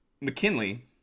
McKinley